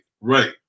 right